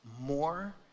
more